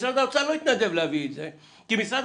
משרד האוצר לא יתנדב להביא את הכסף הזה כי משרד